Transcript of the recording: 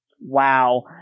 Wow